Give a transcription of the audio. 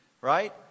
right